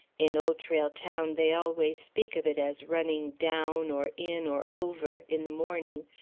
in old trail town they always speak of it as running down, or in, or over, in the morning,